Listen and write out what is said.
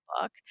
book